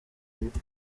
ngufu